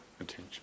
attention